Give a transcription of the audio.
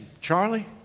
Charlie